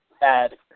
bad